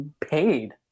paid